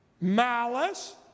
malice